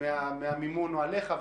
מהמימון היא עליך.